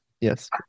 Yes